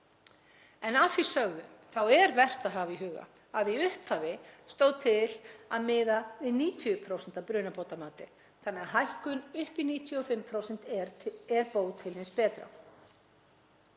Að því sögðu er vert að hafa í huga að í upphafi stóð til að miða við 90% af brunabótamati þannig að hækkun upp í 95% er bót til hins betra.